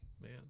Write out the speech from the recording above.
man